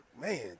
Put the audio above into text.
Man